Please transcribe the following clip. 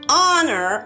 honor